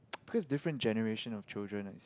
because different generation of children right